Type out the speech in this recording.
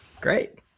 Great